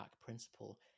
principle